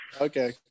okay